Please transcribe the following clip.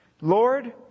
Lord